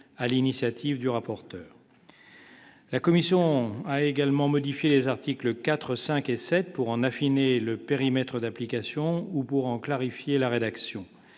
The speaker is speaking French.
à l'initiative du rapporteur. La commission a également modifié les articles 4 5 et 7 pour en affiner le périmètre d'application ou pour clarifier la rédaction,